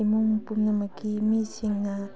ꯏꯃꯨꯡ ꯄꯨꯝꯅꯃꯛꯀꯤ ꯃꯤꯁꯤꯡꯅ